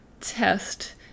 test